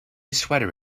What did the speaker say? sweater